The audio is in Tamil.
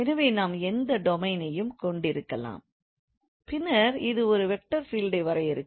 எனவே நாம் எந்த டொமைனையும் கொண்டிருக்கலாம் பின்னர் இது ஒரு வெக்டார் ஃபீல்டை வரையறுக்கும்